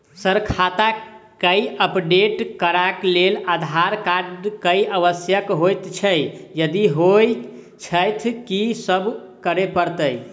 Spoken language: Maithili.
सर खाता केँ अपडेट करऽ लेल आधार कार्ड केँ आवश्यकता होइ छैय यदि होइ छैथ की सब करैपरतैय?